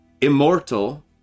Immortal